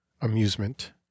amusement